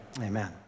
amen